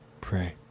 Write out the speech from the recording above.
Pray